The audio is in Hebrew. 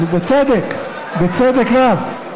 ובצדק, בצדק רב.